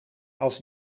als